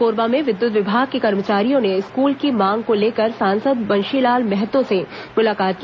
कोरबा में विद्युत विभाग के कर्मचारियों ने स्कूल की मांग को लेकर सांसद बंशीलाल महतो से मुलाकात की